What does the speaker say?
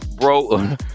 bro